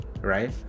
right